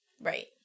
right